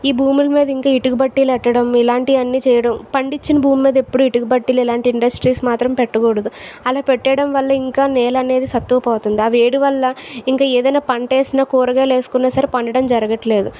ఈ భూముల మీద ఇంకా ఇటుక బట్టీలెట్టడం ఇలాంటివి అన్ని చేయడం పండించిన భూమి మీద ఎప్పుడు ఇటుక బట్టీలు ఇలాంటి ఇండస్ట్రీస్ మాత్రం పెట్టకూడదు అలా పెట్టడం వల్ల ఇంకా నేలనేది సత్తువు పోతుంది ఆ వేడి వల్ల ఇంకా ఏదన్న పంటేసిన కూరగాయలు వేసుకున్న సరే పండడం జరగట్లేదు